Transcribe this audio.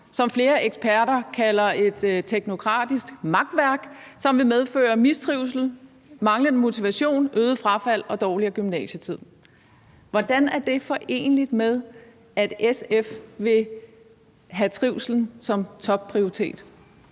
som flere eksperter kalder et teknokratisk makværk, som vil medføre mistrivsel, manglende motivation, øget frafald og dårligere gymnasietid. Hvordan er det foreneligt med, at SF vil have trivsel som topprioritet?